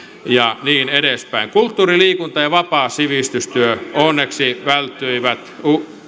ja niin edespäin kulttuuri liikunta ja vapaa sivistystyö onneksi välttyivät